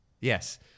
Yes